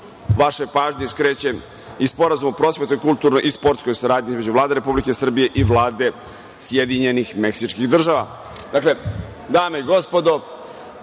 vašoj pažnji skrećem i Sporazum o prosvetnoj, kulturnoj i sportskoj saradnji između Vlade Republike Srbije i Vlade Sjedinjenih Meksičkih država. Dakle, dame i gospodo,